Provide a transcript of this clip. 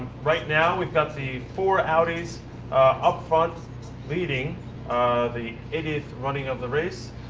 right now we've got the four audis up front leading the eightieth running of the race.